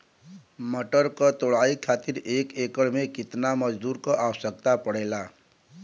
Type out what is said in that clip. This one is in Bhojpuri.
मटर क तोड़ाई खातीर एक एकड़ में कितना मजदूर क आवश्यकता पड़ेला?